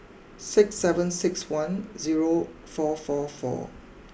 six seven six one zero four four four